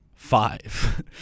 Five